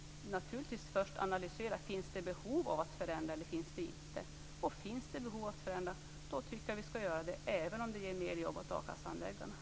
Naturligtvis skall man först analysera, finns det behov av att förändra eller finns det inte? Finns det behov av att förändra tycker jag att vi skall göra det, även om det ger mer jobb åt a-kassehandläggarna.